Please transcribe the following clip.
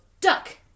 duck